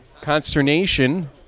consternation